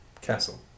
castle